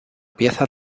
pieza